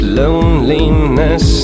loneliness